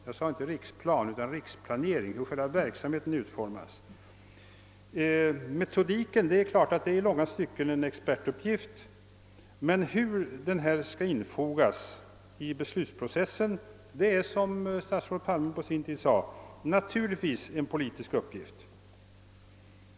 Jag säger inte riksplan utan riksplanering — det gäller alltså hur själva verksamheten skall utformas. Metodiken är i långa stycken en expertuppgift, men hur denna : skall infogas i beslutsprocessen är, som statsrådet Palme på sin tid sade, naturligtvis en politisk uppgift.